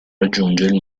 raggiungere